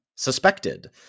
Suspected